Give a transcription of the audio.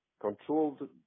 controlled